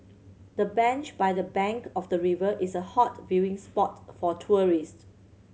the bench by the bank of the river is a hot viewing spot for tourist